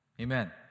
Amen